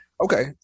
okay